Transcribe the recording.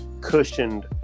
cushioned